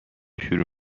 شروع